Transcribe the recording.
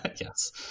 Yes